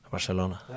Barcelona